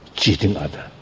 cheating others,